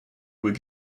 were